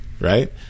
right